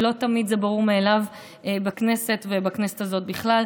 ולא תמיד זה ברור מאליו בכנסת בכלל ובכנסת הזאת בפרט.